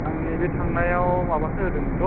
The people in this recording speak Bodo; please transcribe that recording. आं नैबे थांनायाव माबासो होदोंमोनथ'